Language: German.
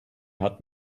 hat